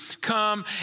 come